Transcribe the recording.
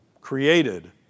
created